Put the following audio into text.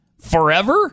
forever